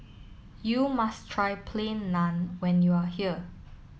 you must try plain naan when you are here